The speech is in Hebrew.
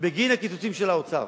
בגין הקיצוצים של האוצר.